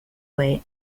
way